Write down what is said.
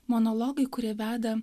monologai kurie veda